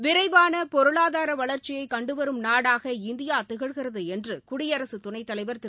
விரைவான பொருளாதார வளர்ச்சியை கண்டுவரும் நாடாக இந்தியா திகழ்கிறது என்று குடியகரத் துணைத் தலைவா் திரு